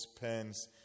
pens